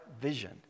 vision